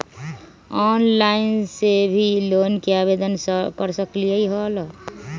Online से भी loan के आवेदन कर सकलीहल?